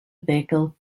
vehicle